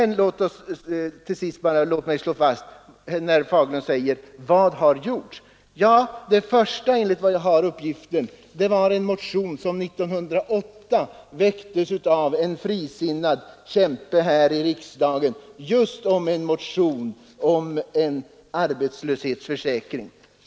Slutligen frågade herr Fagerlund: Vad gjordes före 1934? Då vill jag svara att enligt vad jag har funnit gjordes den första insatsen på detta område när en frisinnad företrädare i riksdagen år 1908 väckte en motion om arbetslöshetsförsäkring.